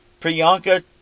Priyanka